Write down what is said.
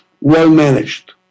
well-managed